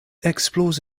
explores